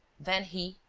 then he,